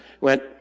went